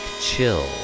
Chill